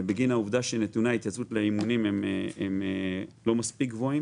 בגין העובדה שנתוני ההתייצבות לאימונים לא מספיק גבוהים.